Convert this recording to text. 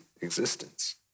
existence